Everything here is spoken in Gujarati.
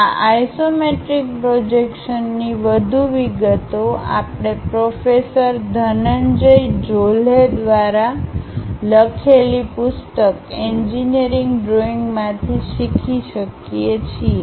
આ આઇસો મેંટ્રિક પ્રોજેક્શન ની વધુ વિગતો આપણે પ્રોફેસર ધનંજય જોલ્હે દ્વારા લખેલી પુસ્તક એન્જીનીયરીંગ ડ્રોઈંગ માંથી શીખી શકીએ છીએ